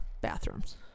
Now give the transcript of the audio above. bathrooms